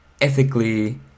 ethically